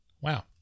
wow